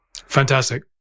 Fantastic